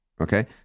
okay